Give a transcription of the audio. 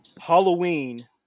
Halloween